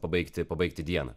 pabaigti pabaigti dieną